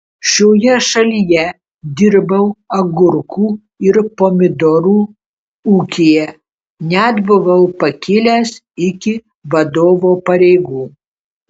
šioje šalyje dirbau agurkų ir pomidorų ūkyje net buvau pakilęs iki vadovo pareigų